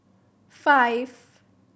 five